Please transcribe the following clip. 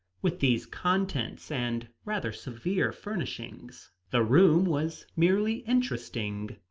with these contents and rather severe furnishings the room was merely interesting,